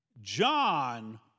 John